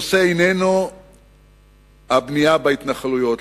הנושא איננו הבנייה בהתנחלויות,